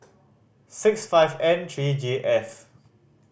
six five N three J F